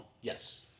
Yes